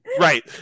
right